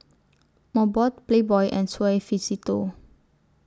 Mobot Playboy and Suavecito